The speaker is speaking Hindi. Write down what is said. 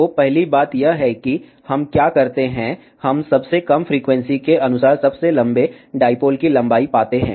तो पहली बात यह है कि हम क्या करते हैं हम सबसे कम फ्रीक्वेंसी के अनुसार सबसे लंबे डाईपोल की लंबाई पाते हैं